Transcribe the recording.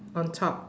on top